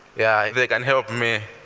yeah, if they can help me